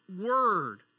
word